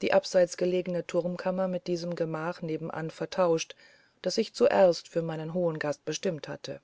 die abseits gelegene turmkammer mit diesem gemach nebenan vertauscht das ich zuerst für meinen hohen gast bestimmt hatte